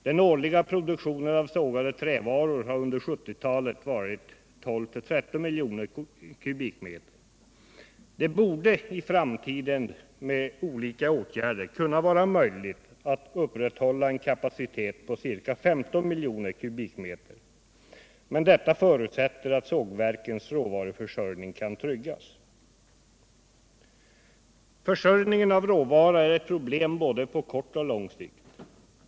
Den årliga produktionen av sågade trävaror har under 1970-talet varit 12-13 miljoner m?. Det borde i framtiden med olika åtgärder kunna vara möjligt att upprätthålla en kapacitet på ca 15 miljoner m?. Men detta förutsätter att sågverkens råvaruförsörjning kan tryggas. Försörjningen av råvara är ett problem på både kort och lång sikt.